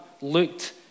looked